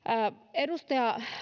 edustaja